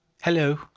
Hello